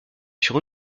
sur